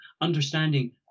understanding